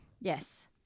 Yes